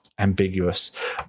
ambiguous